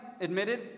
admitted